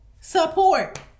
Support